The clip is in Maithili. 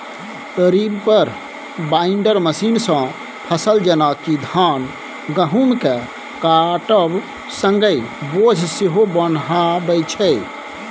रिपर बांइडर मशीनसँ फसल जेना कि धान गहुँमकेँ काटब संगे बोझ सेहो बन्हाबै छै